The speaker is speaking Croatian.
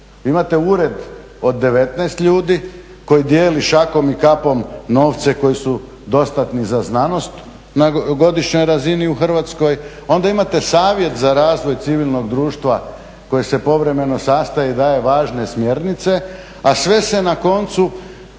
Imate ured od 19 ljudi koji dijeli šakom i kapom novce koji su dostatni za znanost na godišnjoj razini u Hrvatskoj, onda imate Savjet za razvoj civilnog društva koje se povremeno sastaje i daje važne smjernice, a sve se na koncu